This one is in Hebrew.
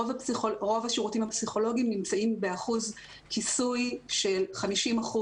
רוב השירותים הפסיכולוגים נמצאים באחוז כיסוי של 50%